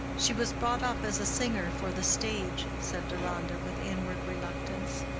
she was brought up as a singer for the stage, said deronda, with inward reluctance.